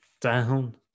down